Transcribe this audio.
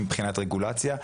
מבחינת רגולציה.